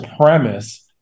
premise